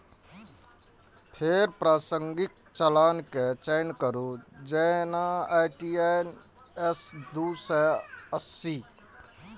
फेर प्रासंगिक चालान के चयन करू, जेना आई.टी.एन.एस दू सय अस्सी